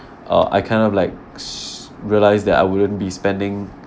uh I kind of like sh~ realised that I wouldn't be spending